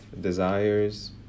desires